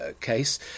case